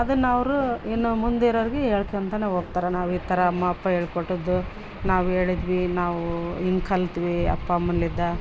ಅದನ್ನು ಅವರು ಇನ್ನು ಮುಂದೆ ಇರೋರಿಗೆ ಹೇಳ್ಕಂತನೇ ಹೋಗ್ತಾರೆ ನಾವು ಈ ಥರ ಅಮ್ಮ ಅಪ್ಪ ಹೇಳ್ಕೊಟ್ಟದ್ದು ನಾವು ಹೇಳಿದ್ವಿ ನಾವು ಹಿಂಗೆ ಕಲಿತ್ವಿ ಅಪ್ಪ ಅಮ್ಮನಿಂದ